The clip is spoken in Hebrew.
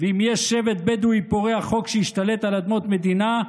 ואם יש שבט בדואי פורע חוק שהשתלט על אדמות מדינה,